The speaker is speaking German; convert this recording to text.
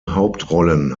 hauptrollen